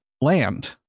land